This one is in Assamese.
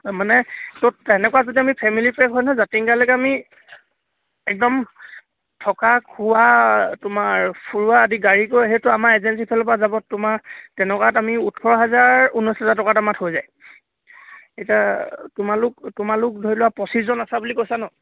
মানে ত' তেনেকুৱা যদি আমি ফেমিলি পেক হয় নহয় জাতিংগালৈকে আমি একদম থকা খোৱা তোমাৰ ফূৰোৱা আদি গাড়ী কৈ সেইটো আমাৰ এজেঞ্চিৰ ফালৰ পৰা যাব তোমাৰ তেনেকুৱাত আমি ওঠৰ হাজাৰ ঊনৈছ হাজাৰ টকাত আমাৰ হৈ যায় এতিয়া তোমালোক তোমালোক ধৰি লোৱা পঁচিছজন আছা বুলি কৈছা নহ্